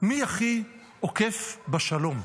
מי הכי עוקף בשלום,